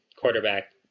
quarterback